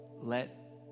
Let